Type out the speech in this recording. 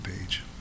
page